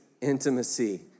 intimacy